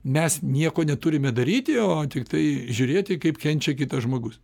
mes nieko neturime daryti o tiktai žiūrėti kaip kenčia kitas žmogus